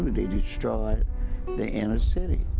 they destroyed the inner city.